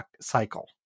cycle